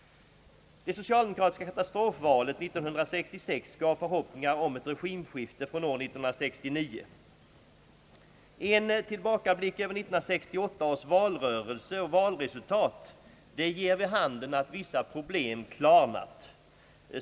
Det socialdemokratiska katastrofvalet 1966 gav förhoppningar om ett regimskifte från år 1969. En tillbakablick över 1968 års valrörelse och valresultat ger vid handen att vissa problem klarnat.